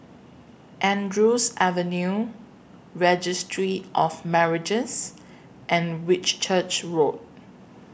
Andrews Avenue Registry of Marriages and Whitchurch Road